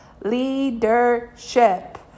Leadership